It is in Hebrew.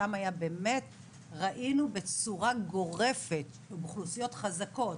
שם באמת ראינו בצורה גורפת שאוכלוסיות חזקות,